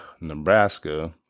Nebraska